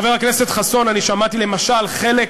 חבר הכנסת חסון, אני שמעתי חלק